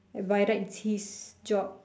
by right it's his job